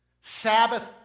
Sabbath